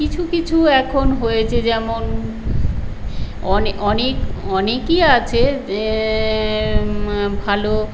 কিছু কিছু এখন হয়েছে যেমন অনেক অনেকই আছে ভালো